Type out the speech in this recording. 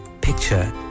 picture